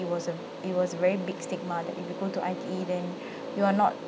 it was a it was a very big stigma that if you go to I_T_E then you are not